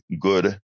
good